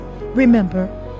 Remember